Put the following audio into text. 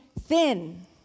thin